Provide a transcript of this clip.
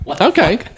Okay